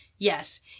Yes